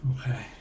okay